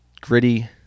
gritty